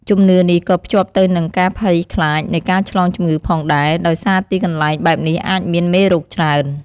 ជំនឿនេះក៏ភ្ជាប់ទៅនឹងការភ័យខ្លាចនៃការឆ្លងជំងឺផងដែរ ដោយសារទីកន្លែងបែបនេះអាចមានមេរោគច្រើន។